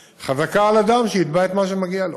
וחזקה על אדם שיתבע את מה שמגיע לו.